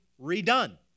redone